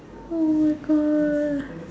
oh my god